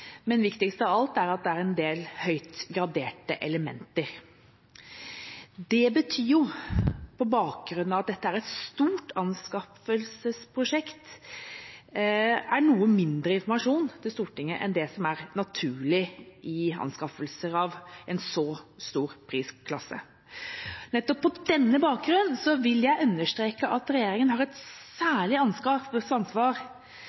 men viktigst av alt er at det er en del høyt graderte elementer. Det betyr, på bakgrunn av at dette er et stort anskaffelsesprosjekt, at det er noe mindre informasjon til Stortinget enn det som er naturlig når det gjelder anskaffelser i en så høy prisklasse. Nettopp på denne bakgrunn vil jeg understreke at regjeringen til dette anskaffelsesprosjektet har et særlig ansvar